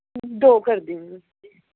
دو کر دیجیے